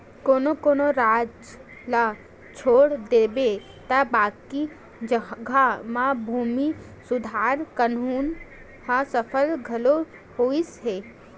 कोनो कोनो राज ल छोड़ देबे त बाकी जघा म भूमि सुधार कान्हून ह सफल घलो होइस हे